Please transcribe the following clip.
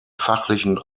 fachlichen